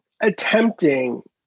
attempting